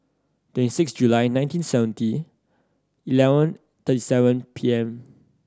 twenty six July nineteen seventy eleven thirty seven P M